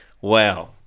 wow